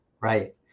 Right